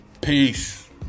Peace